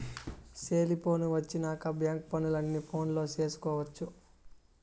cellphone వచ్చినాక bank పనులు అన్ని ఫోనులో చేసుకొవచ్చు